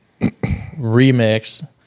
remix